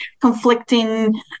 conflicting